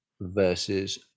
versus